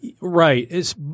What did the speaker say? Right